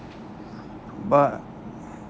but